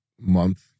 month